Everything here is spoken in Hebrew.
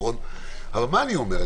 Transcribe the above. מה אני אומר?